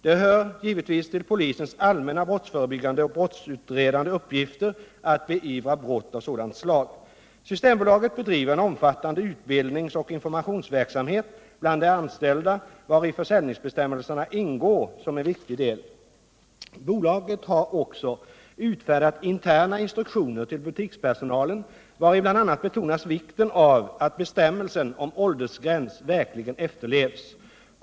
Det hör givetvis till polisens allmänna brottsförebyggande och brottsutredande uppgifter att beivra brott av sådant slag. Systembolaget bedriver en omfattande utbildningsoch informationsverksamhet bland de anställda, vari försäljningsbestämmelserna ingår som en viktig del. Bolaget har också utfärdat interna instruktioner till butikspersonalen, vari bl.a. betonas vikten av att bestämmelsen om åldersgräns verkligen efterlevs.